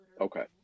okay